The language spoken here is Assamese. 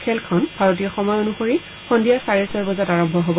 খেলখন ভাৰতীয় সময় অনুসৰি সন্ধিয়া চাৰে ছয় বজাত আৰম্ভ হ'ব